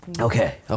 okay